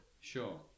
Sure